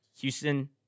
Houston